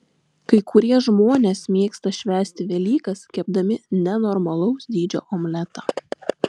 kai kurie žmonės mėgsta švęsti velykas kepdami nenormalaus dydžio omletą